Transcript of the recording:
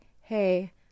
Hey